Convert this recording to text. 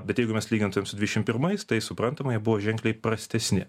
bet jeigu mes lygintumėm su dvidešimt pirmais tai suprantama jie buvo ženkliai prastesni